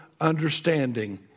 understanding